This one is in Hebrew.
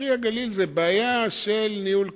"פרי הגליל" זה בעיה של ניהול כושל,